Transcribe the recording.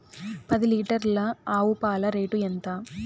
పది లీటర్ల ఆవు పాల రేటు ఎంత?